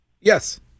Yes